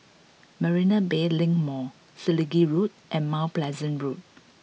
Marina Bay Link Mall Selegie Road and Mount Pleasant Road